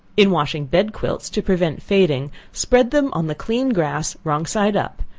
in washing bed quilts, to prevent fading, spread them on the clean grass wrong side up,